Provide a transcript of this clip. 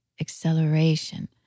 acceleration